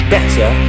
Better